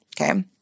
Okay